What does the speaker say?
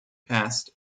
passed